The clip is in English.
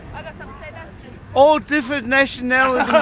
but all different nationalities,